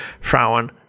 Frauen